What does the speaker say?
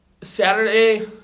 Saturday